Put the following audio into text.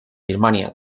birmania